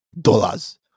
dollars